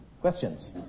questions